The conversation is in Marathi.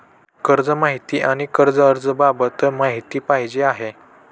कर्ज माहिती आणि कर्ज अर्ज बाबत माहिती पाहिजे आहे